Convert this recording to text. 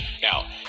Now